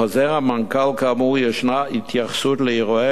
בחוזר המנכ"ל כאמור ישנה התייחסות לאירועי